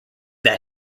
that